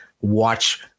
Watch